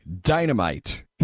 dynamite